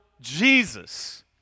Jesus